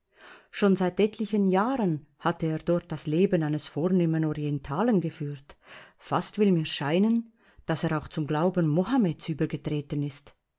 schon seit etlichen jahren hatte er dort das leben eines vornehmen orientalen geführt fast will mir scheinen daß er auch zum glauben mohammeds übergetreten ist